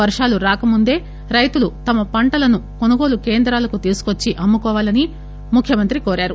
వర్షాలు రాకముందే రైతులు తమ పంటలను కొనుగోలు కేంద్రాలకు తెచ్చి అమ్ముకోవాలని ముఖ్యమంత్రి కోరారు